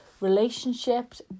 relationships